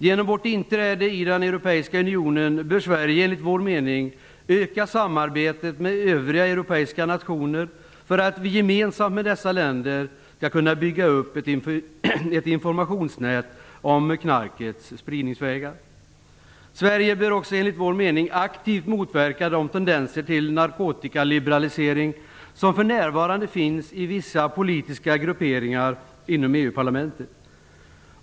Genom vårt inträde i den europeiska unionen bör Sverige enligt vår mening öka samarbetet med övriga europeiska nationer för att vi gemensamt med dessa länder skall kunna bygga upp ett informationsnät om knarkets spridningsvägar. Sverige bör också aktivt motverka de tendenser till narkotikaliberalisering som för närvarande finns i vissa politiska grupperingar inom EU-parlamentet.